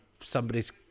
somebody's